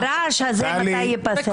הרעש הזה מתי ייפסק?